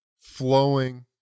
flowing